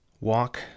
Walk